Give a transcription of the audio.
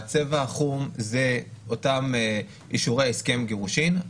הצבע החום הם אישורי הסכם גירושין,